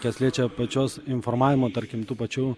kas liečia pačios informavimo tarkim tų pačių